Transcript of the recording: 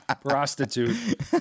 prostitute